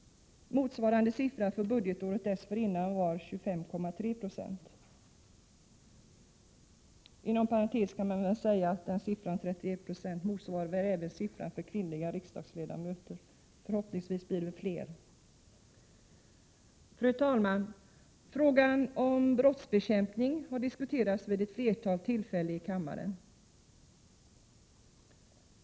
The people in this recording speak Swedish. Motsvarande siffra för budgetåret dessförinnan var 25,3 96. Inom parentes kan man väl säga att 31 Jo motsvarar andelen kvinnliga riksdagsledamöter. Förhoppningsvis blir det fler. Fru talman! Frågan om brottsbekämpning har diskuterats vid ett flertal tillfällen i kammaren.